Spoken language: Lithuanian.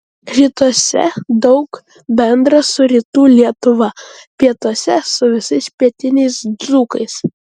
rytuose daug bendra su rytų lietuva pietuose su visais pietiniais dzūkais